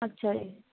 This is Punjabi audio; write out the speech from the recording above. ਅੱਛਾ ਜੀ